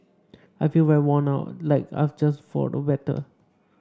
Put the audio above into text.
I feel very worn out like I've just fought a battle